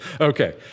Okay